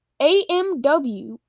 AMW